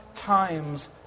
times